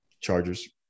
Chargers